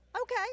okay